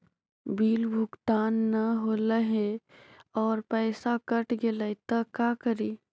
Bill भुगतान न हौले हे और पैसा कट गेलै त का करि?